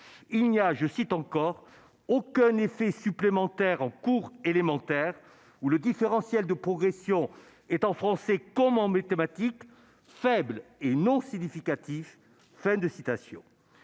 », et il n'a « aucun effet supplémentaire en cours élémentaire, où le différentiel de progression est, en français comme en mathématiques, faible et non significatif ».